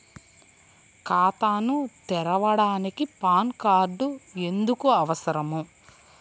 ఖాతాను తెరవడానికి PAN card ఎందుకు అవసరము?